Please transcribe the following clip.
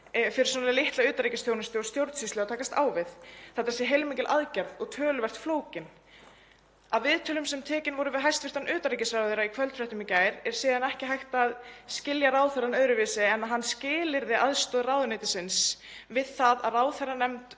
fyrir svona litla utanríkisþjónustu og stjórnsýslu að takast á við, þetta sé heilmikil aðgerð og töluvert flókin. Af viðtölum sem tekin voru við hæstv. utanríkisráðherra í kvöldfréttum í gær er síðan ekki hægt að skilja ráðherrann öðruvísi en að hann skilyrði aðstoð ráðuneytisins við það að ráðherranefnd